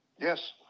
Yes